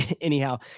Anyhow